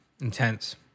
intense